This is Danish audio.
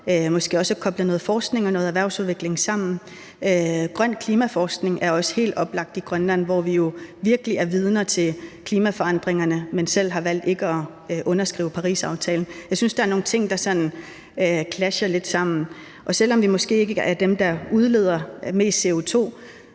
måske også at koble noget forskning og noget erhvervsudvikling sammen. Grøn klimaforskning er også helt oplagt i Grønland, hvor vi jo virkelig er vidner til klimaforandringerne, men selv har valgt ikke at underskrive Parisaftalen. Jeg synes, der er nogle ting, der sådan clasher lidt, og selv om vi måske ikke er dem, der udleder mest CO2,